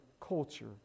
culture